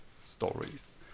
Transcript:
stories